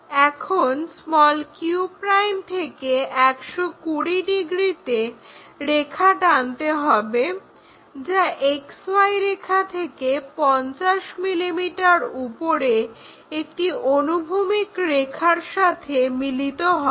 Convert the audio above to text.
এখন q' থেকে 120 ডিগ্রীতে রেখা টানতে হবে যা XY রেখা থেকে 50 mm উপরে একটা অনুভূমিক রেখার সাথে মিলিত হবে